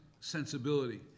sensibility